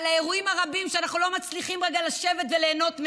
על האירועים הרבים שאנחנו לא מצליחים רגע לשבת וליהנות מהם.